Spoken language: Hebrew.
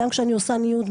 גם כשאני עושה ניוד,